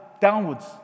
downwards